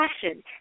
passion